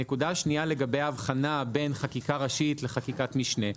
הנקודה השנייה היא לגבי ההבחנה בין חקיקה ראשית לחקיקת משנה.